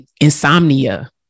Insomnia